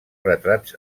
retrats